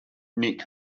nick